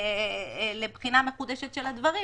לבחינה מחודשת של הדברים